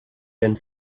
and